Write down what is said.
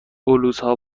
بلوزها